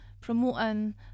promoting